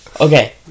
okay